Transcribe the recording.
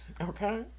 Okay